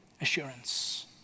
assurance